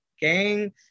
gang